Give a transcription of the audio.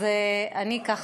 אז אני, ככה,